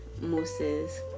Moses